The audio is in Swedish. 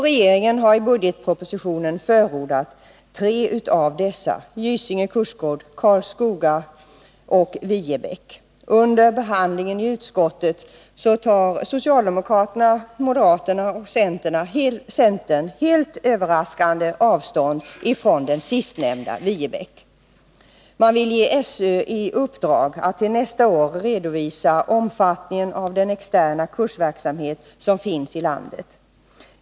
Regeringen har i budgetpropositionen förordat tre av förslagen: Gysinge kursgård, Karlskoga och Viebäck. Under behandlingen i utskottet tar socialdemokraterna, moderaterna och centern helt överraskande avstånd från den sistnämnda skolan, nämligen Viebäck. Man vill ge SÖ i uppdrag att till nästa år redovisa omfattningen av den externa kursverksamhet som finns i landet.